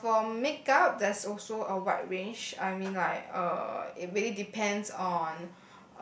uh for makeup there's also a wide range I mean like uh it really depends on